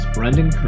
Brendan